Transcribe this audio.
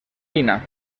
dina